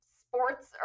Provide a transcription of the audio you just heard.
sports